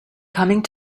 coming